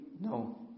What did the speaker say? No